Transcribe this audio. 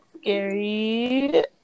scary